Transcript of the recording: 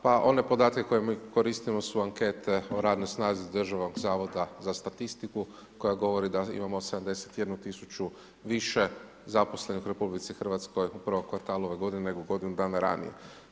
Pa one podatke koje mi koristimo su ankete o radnoj snazi državnog zavoda za statistiku koja govori da imamo 71 000 više zaposlenih u RH u prvom kvartalu ove godine, nego u godinu dana ranije.